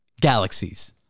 galaxies